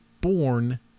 born